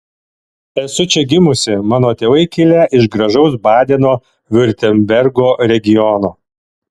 esu čia gimusi mano tėvai kilę iš gražaus badeno viurtembergo regiono